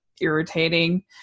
irritating